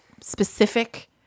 specific